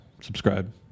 subscribe